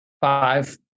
Five